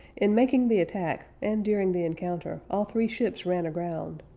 in making the attack, and during the encounter, all three ships ran aground.